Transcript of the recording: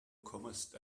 comest